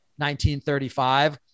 1935